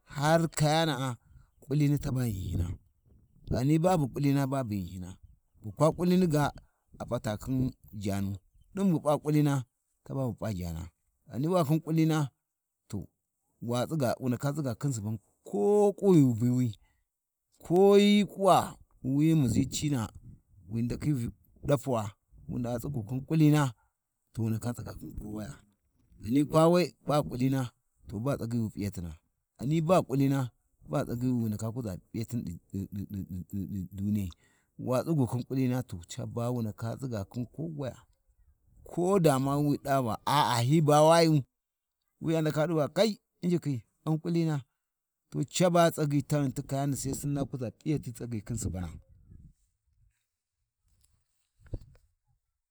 ﻿Har kayana'a ƙulni taɓa ghinhyina, ghani babu ƙulina babu ghinhyina, ba kwa kulini ga ap’a ta khin jaanu, ɗin bu p’a kulina, taba bu p’a jaana ghani wa khin kulina, to wu ndaka tsiga khin Suban ko ƙwu ghi wi biwi, ko hyi ƙuwa wi muʒi cina wu ndakhi ɗafuwa, wa tsigu khin ƙulina, to wu ndaka tsiga khin kowaga ghani kwa we, ba ƙulina ba tsagyi wi p’iyatina ghani ba ƙulina ba tsagyi wi wundaka kuʒa piyatin ɗi duniyai, wa tsigu khin kulina to caba wuni kakun kowaya kodama wi ɗaba a'a hyi ba wayu, wi a ndaka ɗuba kai injikhi u’n ƙulina, to caba tsagyi taghin ti kayana Sai Sinni ta kuʒa p’iyati tsagyi khin Subana.